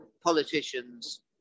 politicians